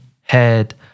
head